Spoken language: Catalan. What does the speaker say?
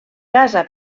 casa